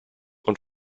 und